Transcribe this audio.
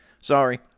Sorry